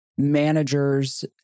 managers